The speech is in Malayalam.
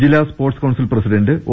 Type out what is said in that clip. ജില്ലാ sports council president O